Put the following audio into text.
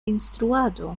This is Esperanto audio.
instruado